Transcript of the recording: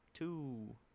Two